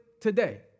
today